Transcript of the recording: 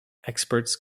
experts